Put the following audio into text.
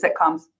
sitcoms